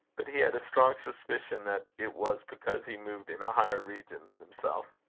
but he had a strong suspicion that it was because he moved in a higher region than himself.